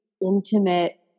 intimate